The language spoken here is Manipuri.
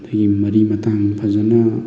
ꯑꯗꯒꯤ ꯃꯔꯤ ꯃꯇꯥꯡ ꯐꯖꯅ